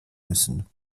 müssen